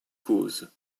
causes